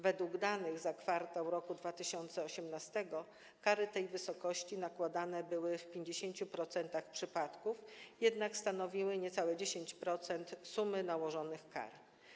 Według danych za kwartał roku 2018 kary w tej wysokości nakładane były w 50% przypadków, jednak stanowiły niecałe 10% sumy nałożonych kar.